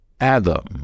Adam